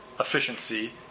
efficiency